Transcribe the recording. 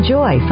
Joy